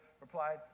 replied